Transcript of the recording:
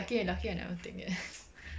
lucky I lucky I never take yet